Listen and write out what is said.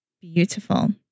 Beautiful